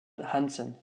hansen